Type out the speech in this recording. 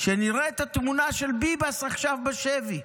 שנראה את התמונה של ביבס עכשיו בשבי.